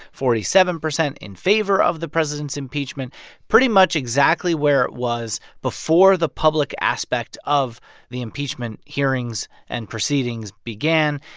forty seven percent in favor of the president's impeachment pretty much exactly where it was before the public aspect of the impeachment hearings and proceedings began.